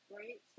right